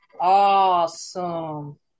awesome